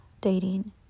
dating